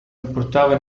importava